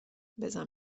بزن